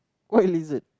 what is it